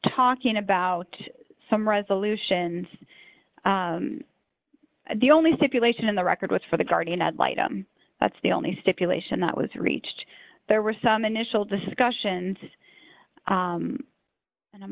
talking about some resolutions the only stipulation in the record was for the guardian ad litem that's the only stipulation that was reached there were some initial discussions and i'm